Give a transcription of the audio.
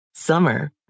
Summer